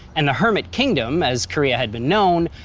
and the hermit kingdom, as korea had been known,